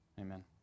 Amen